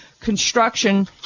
construction